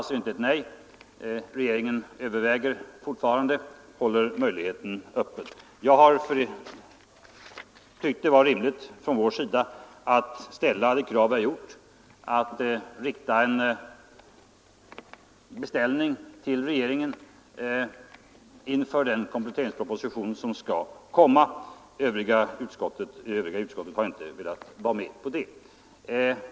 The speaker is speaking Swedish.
Det var inte ett nej: regeringen överväger fortfarande, håller dörren öppen. Jag har tyckt att det var rimligt att från vår sida ställa det krav vi ställt, att rikta en beställning till regeringen inför den kompletteringsproposition som skall läggas fram. Övriga ledamöter i utskottet har inte velat vara med på det.